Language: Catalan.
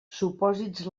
supòsits